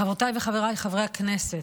וחבריי חברי הכנסת,